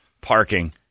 parking